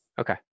Okay